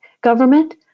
government